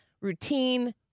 routine